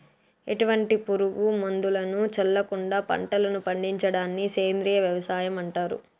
ఎటువంటి పురుగు మందులను చల్లకుండ పంటలను పండించడాన్ని సేంద్రీయ వ్యవసాయం అంటారు